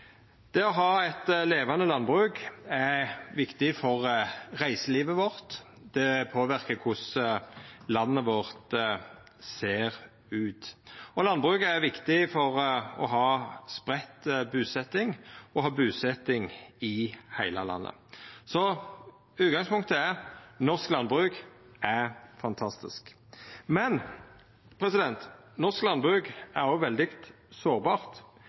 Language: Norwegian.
Det å ha eit levande landbruk er viktig for reiselivet vårt. Det påverkar korleis landet vårt ser ut. Landbruket er viktig for å ha spreidd busetjing – busetjing i heile landet. Utgangspunktet er at norsk landbruk er fantastisk. Men norsk landbruk er òg veldig sårbart.